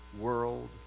world